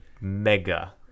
mega